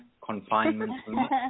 confinement